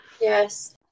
Yes